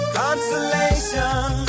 consolation